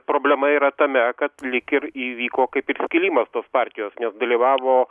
problema yra tame kad lyg ir įvyko kaip ir skilimas tos partijos nes dalyvavo